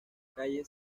calle